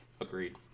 Agreed